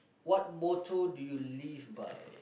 what motto do you live by